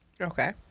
okay